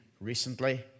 recently